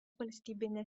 valstybinė